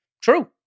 True